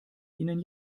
ihnen